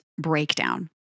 breakdown